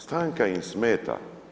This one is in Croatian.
Stanka im smeta.